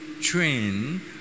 train